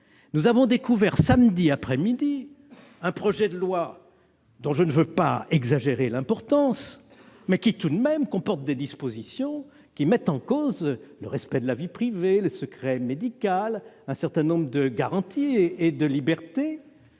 Nous avons découvert samedi après-midi un projet de loi dont je ne veux pas exagérer l'importance, mais qui, tout de même, comporte des dispositions mettant en cause le respect de la vie privée, le secret médical et un certain nombre d'autres garanties et libertés.